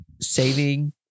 saving